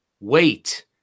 wait